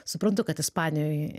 suprantu kad ispanijoj